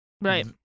right